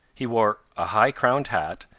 he wore a high-crowned hat,